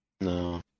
No